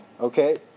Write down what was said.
Okay